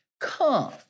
come